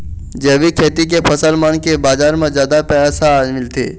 जैविक खेती के फसल मन के बाजार म जादा पैसा मिलथे